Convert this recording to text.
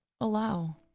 allow